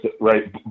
Right